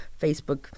Facebook